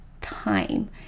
time